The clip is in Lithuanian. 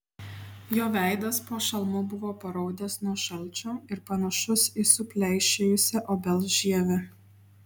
jo veidas po šalmu buvo paraudęs nuo šalčio ir panašus į supleišėjusią obels žievę